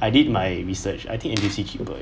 I did my research I think N_T_U_C cheaper eh